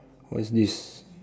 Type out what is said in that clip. what's this